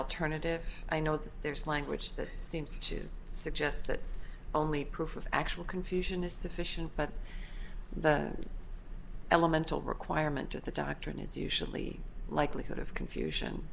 alternative i know there's language that seems to suggest that only proof of actual confusion is sufficient but the elemental requirement at the doctrine is usually likelihood of confusion